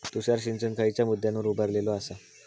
तुषार सिंचन खयच्या मुद्द्यांवर उभारलेलो आसा?